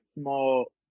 small